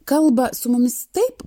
kalba su mumis taip